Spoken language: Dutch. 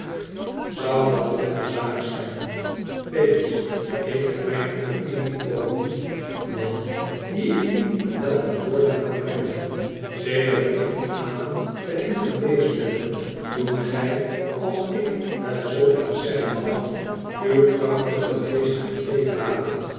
zou dat hunne zaak zijn venus ik heb mijne opinie over u man die ik niet wel in woorden kan brengen sedert ik dien avond bij u geweest ben toen gij als ik het zoo eens zeggen mag uw krachtigen geest in thee